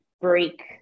break